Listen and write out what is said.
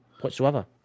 whatsoever